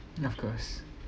of course